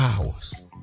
hours